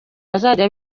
bazajya